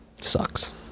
sucks